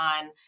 on